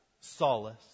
solace